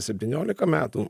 septyniolika metų